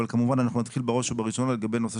אבל כמובן אנחנו נתחיל בראש ובראשונה לגבי הנושא